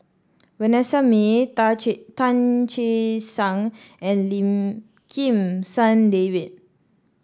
Vanessa Mae Tan Che Sang and Lim Kim San David